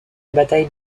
bataille